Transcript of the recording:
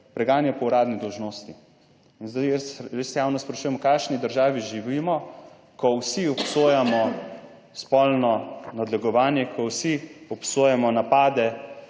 preganja po uradni dolžnosti in zdaj jaz res javno sprašujem v kakšni državi živimo, ko vsi obsojamo spolno nadlegovanje, ko vsi obsojamo napade,